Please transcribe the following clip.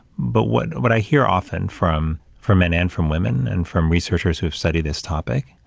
but what, what i hear often from, from men and from women and from researchers who study this topic,